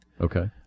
Okay